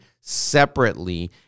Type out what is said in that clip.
separately